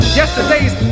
yesterday's